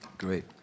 Great